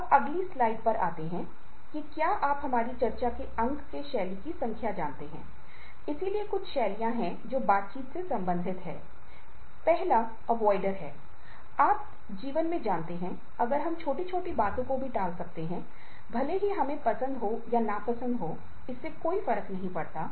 और जब एक पूर्णता होती है तो व्यक्ति को लगातार उस काम को करते रहना पड़ता है जब तक वह पूरी तरह से ठीक न हो जाए